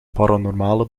paranormale